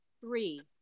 three